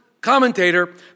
commentator